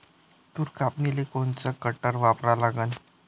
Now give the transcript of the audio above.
तूर कापनीले कोनचं कटर वापरा लागन?